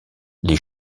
les